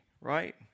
right